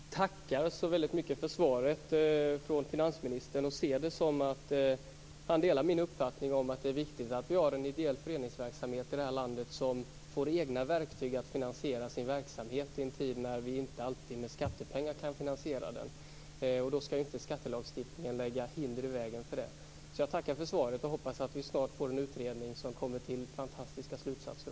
Fru talman! Jag tackar så väldigt mycket för svaret från finansministern och ser det som att han delar min uppfattning att det är viktigt att vi har en ideell föreningsverksamhet i det här landet som får egna verktyg att finansiera sin verksamhet i en tid när vi inte alltid med skattepengar kan finansiera den. Då skall ju inte skattelagstiftningen lägga hinder i vägen för det. Jag tackar alltså för svaret och hoppas att vi snart får en utredning som kommer till fantastiska slutsatser.